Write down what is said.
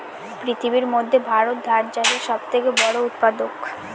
পৃথিবীর মধ্যে ভারত ধান চাষের সব থেকে বড়ো উৎপাদক